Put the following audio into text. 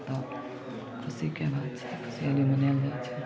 तऽ खुशीके बात छै खुशिआली मनाएल जाइ छै